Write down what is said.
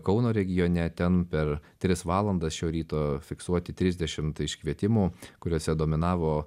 kauno regione ten per tris valandas šio ryto fiksuoti trisdešimt iškvietimų kuriuose dominavo